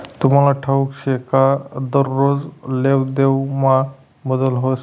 तुमले ठाऊक शे का दरोज लेवादेवामा बदल व्हस